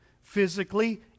physically